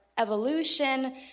evolution